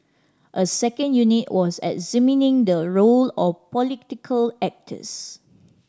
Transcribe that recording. a second unit was examining the role of political actors